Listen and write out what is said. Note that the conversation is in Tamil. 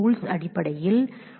நீங்கள் அதை எளிமையாக செய்ய முடியும்